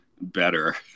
better